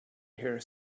here